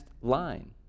line